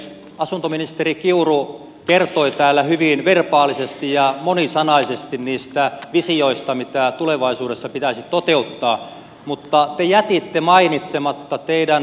asuntoministeri kiuru kertoi täällä hyvin verbaalisesti ja monisanaisesti niistä visioista mitä tulevaisuudessa pitäisi toteuttaa mutta te jätitte mainitsematta teidän hallinnonalanne voimavarat